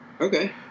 Okay